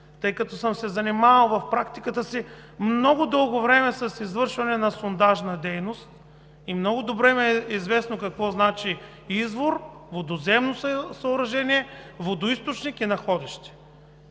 тъй като съм се занимавал в практиката си много дълго време с извършване на сондажна дейност и много добре ми е известно какво значи извор, водовземно съоръжение, водоизточник и находище,